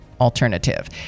alternative